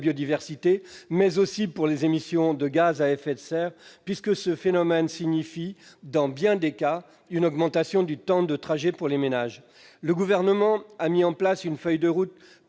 biodiversité, mais aussi sur les émissions de gaz à effet de serre, ce phénomène s'accompagnant d'une augmentation du temps de trajet pour les ménages. Le Gouvernement a mis en place une feuille de route